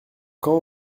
quand